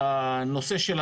הן בביגוד שמעבירים אותו